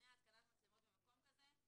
שמונע התקנת מצלמות במקום שכזה.